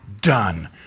Done